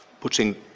putting